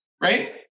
right